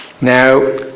Now